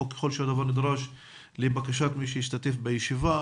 או ככל שהדבר נדרש לבקשת מי שישתתף בישיבה,